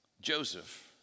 Joseph